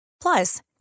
plus